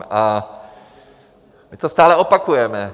My to stále opakujeme.